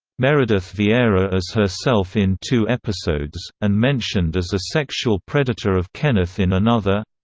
meredith vieira as herself in two episodes, and mentioned as a sexual predator of kenneth in another